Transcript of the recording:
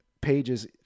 pages